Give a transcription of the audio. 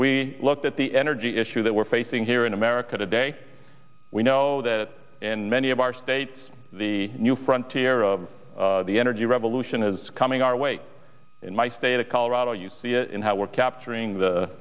we looked at the energy issue that we're facing here in america today we know that in many of our states the new frontier of the energy revolution is coming our way in my state of colorado you see it in how we're capturing the